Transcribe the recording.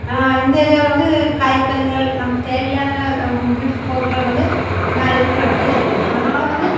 இந்த ஏரியாவில் வந்து காய்கறிகள் நம்மளுக்கு தேவையான வீட்டுக்கு பொருட்கள் வந்து நான் இருக்கிற இடத்துல இல்லை அதனால் வந்து